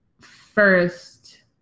First